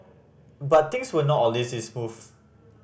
but things were not always this smooth